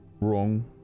wrong